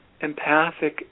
empathic